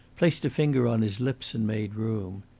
placed a finger on his lips, and made room.